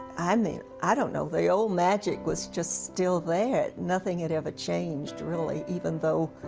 i mean i don't know, the old magic was just still there. nothing had ever changed, really. even though